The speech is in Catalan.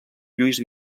lluís